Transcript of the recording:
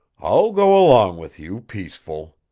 i'll go along with you peaceful.